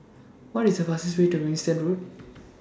What IS The fastest Way to Winstedt Road